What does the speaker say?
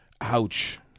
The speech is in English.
ouch